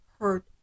hurt